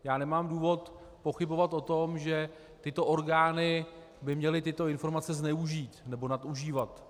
Já nemám důvod pochybovat o tom, že tyto orgány by měly tyto informace zneužít nebo nadužívat.